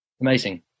amazing